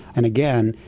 and again,